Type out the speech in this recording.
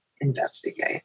investigate